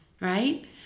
right